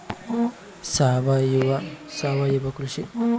ಸಾವಯುವ ಕೃಷಿ ಮಾಡಿದರೆ ಉತ್ತಮ ಇಳುವರಿ ಬರುತ್ತದೆಯೇ?